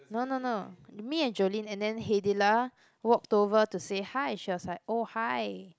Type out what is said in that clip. no no no me and Jolene and then Haydilah walked over to say hi she was like oh hi